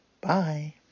bye